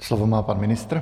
Slovo má pan ministr.